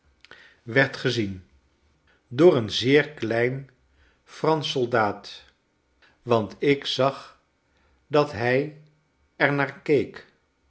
frankrijk gezien door een zeer klein fransch soldaat want ik zag dat hij er naar keek